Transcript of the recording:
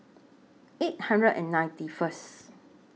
eight hundred and ninety First